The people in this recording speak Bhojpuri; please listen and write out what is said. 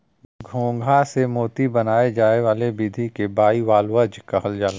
घोंघा से मोती बनाये जाए वाला विधि के बाइवाल्वज कहल जाला